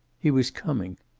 he was coming.